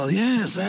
yes